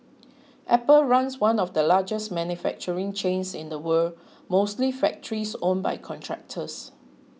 apple runs one of the largest manufacturing chains in the world mostly factories owned by contractors